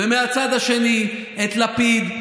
ומהצד השני יש את לפיד,